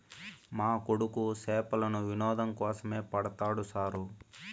మా కొడుకు చేపలను వినోదం కోసమే పడతాడు సారూ